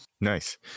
Nice